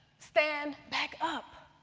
stand back up?